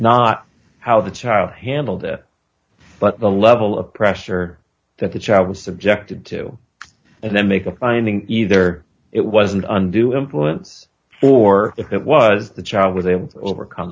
not how the child handled it but the level of pressure that the child was subjected to and then make a finding either it was an undue influence for if it was the child with him overcome